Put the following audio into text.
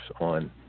on